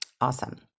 Awesome